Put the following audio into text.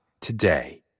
today